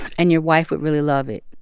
and your wife would really love it.